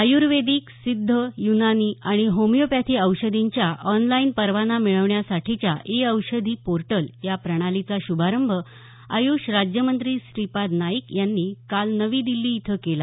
आयुर्वेदिक सिद्ध यूनानी आणि होमिओपॅथी औषधींच्या ऑनलाईन परवाना मिळण्यासाठीच्या ई औषधी पोर्टल या प्रणालीचा शुभारंभ आयुष राज्यमंत्री श्रीपाद नाईक यांनी काल काल नवी दिल्ली इथं केला